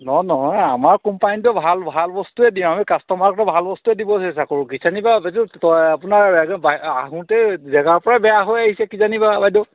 নহয় নহয় আমাৰ কোম্পানীটো ভাল ভাল বস্তুয়ে দিওঁ আমি কাষ্টমাৰকতো ভাল বস্তুৱে দিব চেষ্টা কৰোঁ কিজানিবা এইটো আপোনাৰ বাইদেউ আহোতেই জেগাৰ পৰাই বেয়া হৈ আহিছে কিজানিবা বাইদেউ